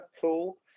cool